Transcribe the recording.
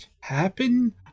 happen